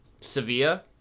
Sevilla